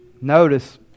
Notice